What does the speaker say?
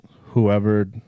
whoever